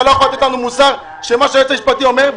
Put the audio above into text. אתה לא יכול לתת לנו מוסר שמה שהיועץ המשפטי אומר,